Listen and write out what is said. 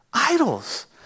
idols